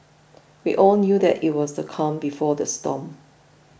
we all knew that it was the calm before the storm